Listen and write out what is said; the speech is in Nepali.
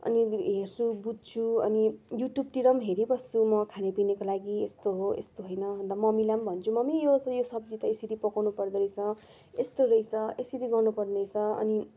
अनि हेर्छु बुझ्छु अनि युट्युबतिर हेरिबस्छु म खानापिनाको लागि यस्तो हो यस्तो होइन अन्त म मम्मीलाई म भन्छु मम्मी यो त यो सब्जी त यसरी पकाउनु पर्दो रहेछ यस्तो रहेछ यसरी गर्नु पर्ने रहेछ अनि